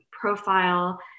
profile